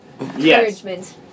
Encouragement